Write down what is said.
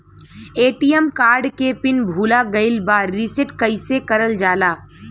ATM card के PIN भूला गइल बा रीसेट कईसे करल जाला?